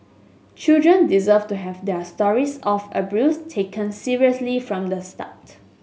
children deserve to have their stories of abuse taken seriously from the start